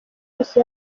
yose